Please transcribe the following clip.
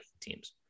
teams